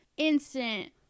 Instant